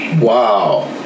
Wow